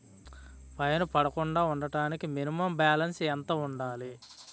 Fine పడకుండా ఉండటానికి minimum balance ఎంత ఉండాలి?